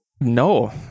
No